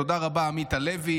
תודה רבה לעמית הלוי